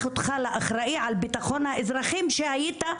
אותך לאחראי על ביטחון האזרחים שהיית,